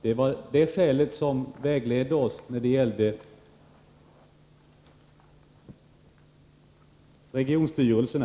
Det var det skälet som vägledde oss när det gällde regionstyrelserna.